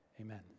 Amen